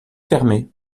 fermée